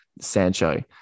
Sancho